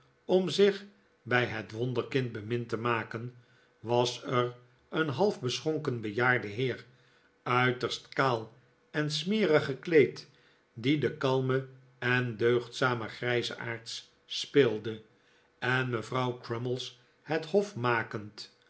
om zich bij het wonderkind bemind te maken was er een half beschonken bejaarde heer uiterst kaal en smerig gekleed die de kalme en deugdzame grijsaards speelde en mevrouw crummies het hof makend